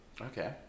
Okay